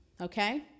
Okay